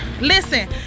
Listen